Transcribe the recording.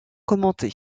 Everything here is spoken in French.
commenté